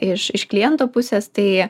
iš kliento pusės tai